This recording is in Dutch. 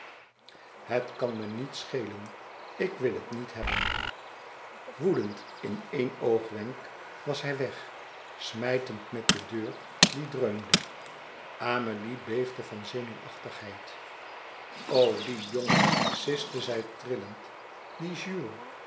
het kan me niet schelen ik wil het niet hebben woedend in éen oogwenk was hij weg smijtend met de deur die dreunde amélie beefde van zenuwachtigheid o die jongen siste zij trillend